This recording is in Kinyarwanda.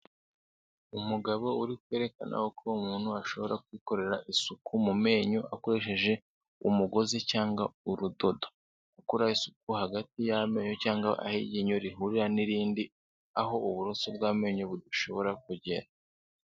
Umugabo uri kwerekana uko umuntu ashobora kwikorera isuku mu menyo, akoresheje umugozi cyangwa urudodo. Gukora isuku hagati y'amenyo cyangwa aho iryinyo rihurira n'irindi, aho uburoso bw'amenyo budashobora kugera.